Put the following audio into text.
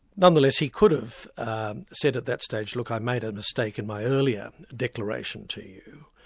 none the less he could have said at that stage, look, i made a mistake in my earlier declaration to you